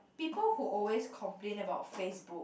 people who always complain about Facebook